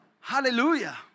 Hallelujah